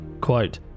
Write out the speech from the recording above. Quote